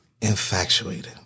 infatuated